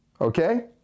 Okay